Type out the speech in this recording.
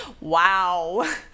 Wow